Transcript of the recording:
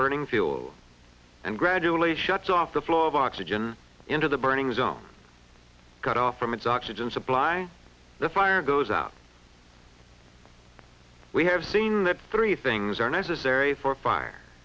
burning fuel and gradually shuts off the flow of oxygen into the burning zone cut off from its oxygen supply the fire goes out we have seen that three things are necessary for fire